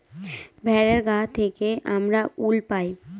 ভেড়ার গা থেকে আমরা উল পাই